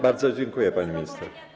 Bardzo dziękuję, pani minister.